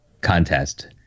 contest